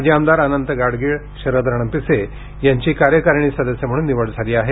माजी आमदार अनंत गाडगीळ शरद रणपिसे यांची कार्यकारिणी सदस्य म्हणून निवड झाली आहे